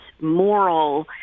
moral